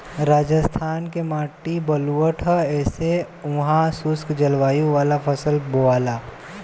राजस्थान के माटी बलुअठ ह ऐसे उहा शुष्क जलवायु वाला फसल के बोआला